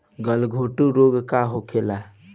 गलघोंटु रोग का होला?